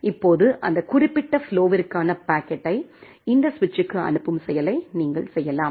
இப்போது அந்த குறிப்பிட்ட ஃப்ளோவிற்கான பாக்கெட்டை இந்த சுவிட்சுக்கு அனுப்பும் செயலை நீங்கள் செய்யலாம்